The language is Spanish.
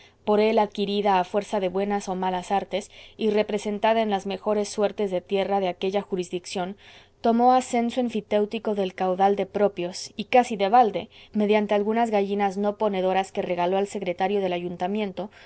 por él adquirida a fuerza de buenas o malas artes y representada en las mejores suertes de tierra de aquella jurisdicción tomó a censo enfitéutico del caudal de propios y casi de balde mediante algunas gallinas no ponedoras que regaló al secretario del ayuntamiento